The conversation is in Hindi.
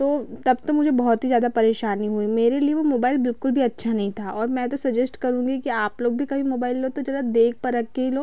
तो तब तो मुझे बहुत ही ज़्यादा परेशानी हुई मेरे लिए वो मोबाईल बिल्कुल भी अच्छा नहीं था और मैं तो सजेस्ट करूँगी कि आप लोग भी कभी मोबाईल लो तो जरा देख परख के ही लो